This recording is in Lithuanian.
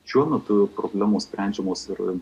šiuo metu problemos sprendžiamos ir